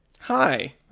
hi